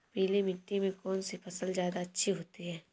पीली मिट्टी में कौन सी फसल ज्यादा अच्छी होती है?